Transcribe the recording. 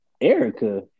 Erica